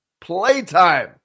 Playtime